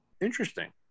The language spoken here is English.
interesting